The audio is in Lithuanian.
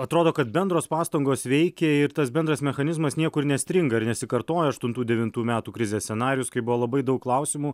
atrodo kad bendros pastangos veikia ir tas bendras mechanizmas niekur nestringa ir nesikartoja aštuntų devintų metų krizės scenarijus kai buvo labai daug klausimų